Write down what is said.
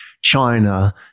China